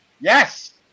Yes